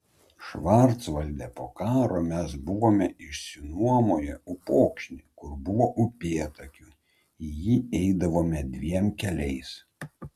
švarcvalde po karo mes buvome išsinuomoję upokšnį kur buvo upėtakių į jį eidavome dviem keliais